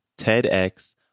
tedx